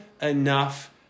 enough